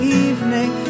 evening